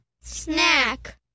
snack